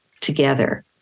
together